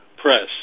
press